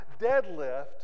deadlift